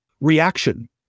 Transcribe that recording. reaction